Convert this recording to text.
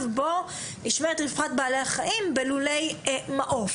בו נשמרת רווחת בעלי החיים בלולי מעוף.